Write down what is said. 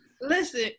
Listen